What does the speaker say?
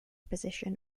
position